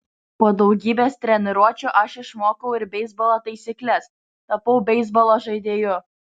po daugybės treniruočių aš išmokau ir beisbolo taisykles tapau beisbolo žaidėju